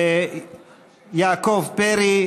יעקב פרי,